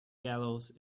gallows